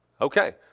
Okay